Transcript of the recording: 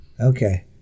okay